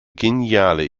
geniale